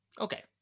Okay